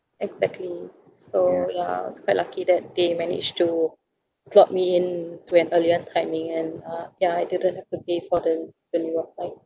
exactly so yeah I was quite lucky that they managed to slot me in to an earlier timing and uh ya I didn't have to pay for the newer fli~